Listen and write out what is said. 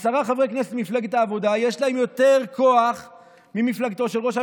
עשרה חברי כנסת ממפלגת העבודה יש להם יותר כוח ממפלגתו של ראש הממשלה.